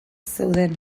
zeuden